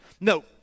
No